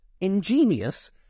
ingenious